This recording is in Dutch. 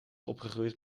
opgegroeid